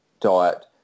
diet